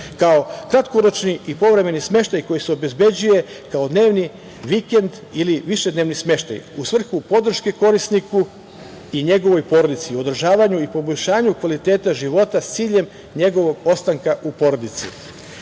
kao kratkoročni i povremeni smeštaj koji se obezbeđuje kao dnevni vikend ili višednevni smeštaj, u svrhu podrške korisniku i njegovoj porodici, održavanju i poboljšanju kvaliteta života, s ciljem njegovog ostanka u porodici. Treći